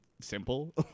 simple